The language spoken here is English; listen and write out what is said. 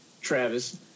Travis